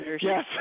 Yes